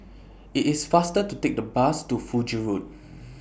IT IS faster to Take The Bus to Fiji Road